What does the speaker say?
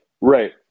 Right